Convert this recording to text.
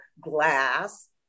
glass